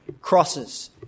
crosses